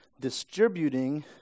distributing